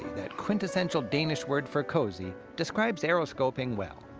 that quintessential danish word for cozy, describes aeroskobing well.